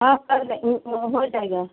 हाँ कल हो जाएगा